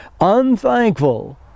unthankful